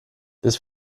this